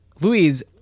Louise